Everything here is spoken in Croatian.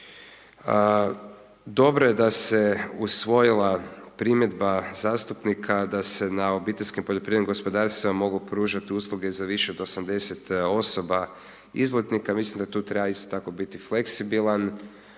Dobro je da se usvojila primjedba zastupnika da se na OPG-ima mogu pružati usluge za više od 80 osoba izletnika, mislim da ti treba isto tako biti fleksibilan